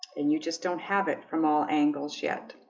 and you just don't have it from all angles yet